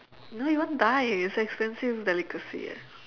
no you won't die it's expensive delicacy eh